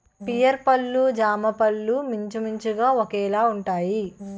pear పళ్ళు జామపళ్ళు మించుమించుగా ఒకేలాగుంటాయి